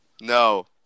no